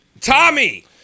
Tommy